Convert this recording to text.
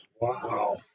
Wow